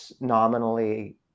nominally